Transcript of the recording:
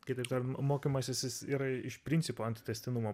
kitaip tariant mokymasis jis yra iš principo ant tęstinumo